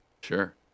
Sure